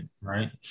right